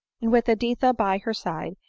and with editha by her side,